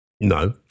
No